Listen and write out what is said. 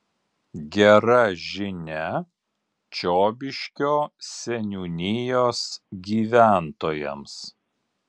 gera žinia čiobiškio seniūnijos gyventojams